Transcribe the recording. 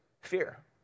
Fear